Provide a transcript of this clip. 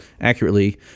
accurately